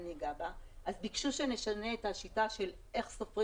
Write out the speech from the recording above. אז ביקשו שנשנה את השיטה איך סופרים